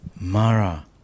Mara